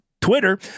twitter